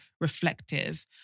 reflective